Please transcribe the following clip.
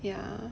ya